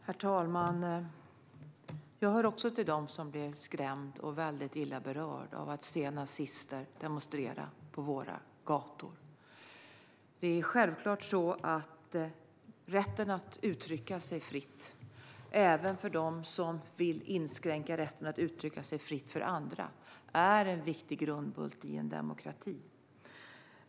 Herr talman! Jag hör också till dem som blir skrämd och väldigt illa berörd av att se nazister demonstrera på våra gator. Det är självklart så att rätten att uttrycka sig fritt, även för dem som vill inskränka rätten för andra att uttrycka sig fritt, är en viktig grundbult i en demokrati.